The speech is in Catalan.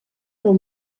del